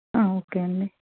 okay అండి